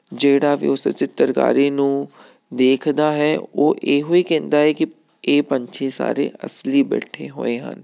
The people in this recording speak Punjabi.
ਜਿਹੜਾ ਵੀ ਉਸ ਚਿੱਤਰਕਾਰੀ ਨੂੰ ਦੇਖਦਾ ਹੈ ਉਹ ਇਹੋ ਹੀ ਕਹਿੰਦਾ ਹੈ ਕਿ ਇਹ ਪੰਛੀ ਸਾਰੇ ਅਸਲੀ ਬੈਠੇ ਹੋਏ ਹਨ